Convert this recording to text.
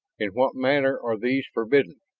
in what manner are these forbidden?